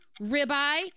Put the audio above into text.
ribeye